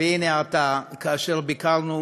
והנה, עתה, כאשר ביקרנו